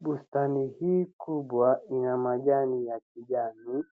Bustani hii kubwa ina majani ya kijani,